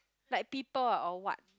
like people ah or what